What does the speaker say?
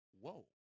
whoa